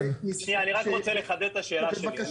שנייה אני רק רוצה לחדד את השאלה שלי.